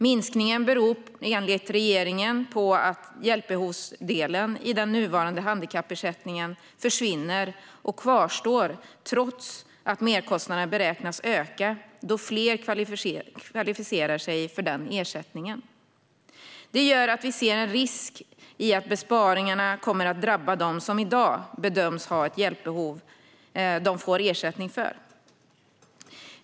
Minskningen beror enligt regeringen på att hjälpbehovsdelen i den nuvarande handikappersättningen försvinner, trots att merkostnaderna beräknas öka då fler kvalificerar sig för den ersättningen. Detta gör att vi ser en risk att besparingarna kommer att drabba dem som i dag bedöms ha ett hjälpbehov de får ersättning för.